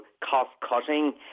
cost-cutting